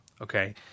okay